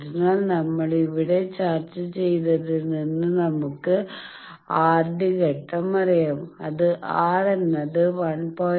അതിനാൽ നമ്മൾ ഇവിടെ ചർച്ച ചെയ്തതിൽ നിന്ന് നമുക്ക് ആദ്യ ഘട്ടം അറിയാം അത് R എന്ന 1